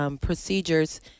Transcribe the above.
procedures